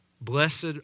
Blessed